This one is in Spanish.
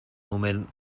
numen